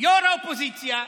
יו"ר האופוזיציה,